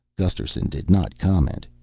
gusterson did not comment.